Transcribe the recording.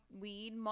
weed